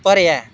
भरेआ ऐ